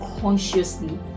consciously